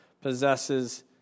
possesses